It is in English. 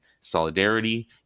solidarity